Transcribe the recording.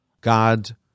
God